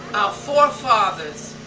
our forefathers,